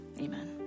amen